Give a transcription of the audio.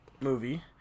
movie